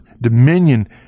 Dominion